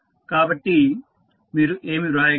కాబట్టి మీరు ఏమి వ్రాయగలరు